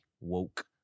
woke